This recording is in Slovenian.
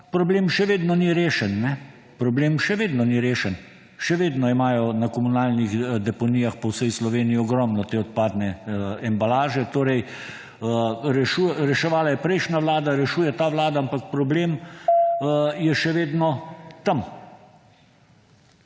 problem še vedno ni rešen. Problem še vedno ni rešen. Še vedno imajo na komunalnih deponijah po vsej Sloveniji ogromno te odpadne embalaže. Torej, reševala je prejšnja vlada, rešuje ta vlada, ampak problem je še vedno tam.